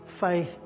faith